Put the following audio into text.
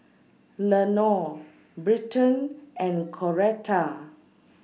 Lenore Britton and Coretta